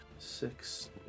Six